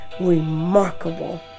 remarkable